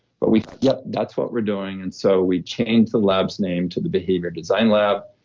but we, yep, that's what we're doing and so we changed the lab's name to the behavior design lab.